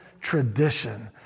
tradition